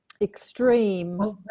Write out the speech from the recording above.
extreme